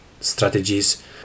strategies